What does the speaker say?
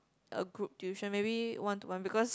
uh group tuition maybe one to one because